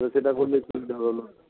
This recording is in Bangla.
তো সেটা করলে সুবিধা হলো